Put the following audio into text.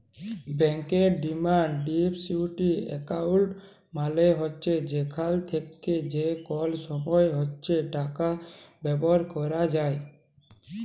ব্যাংকের demand deposit account মালে হছে যেখাল থ্যাকে যে কল সময় ইছে টাকা বাইর ক্যরা যায়